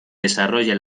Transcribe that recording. desarrolla